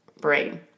brain